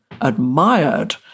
admired